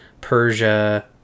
Persia